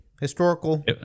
historical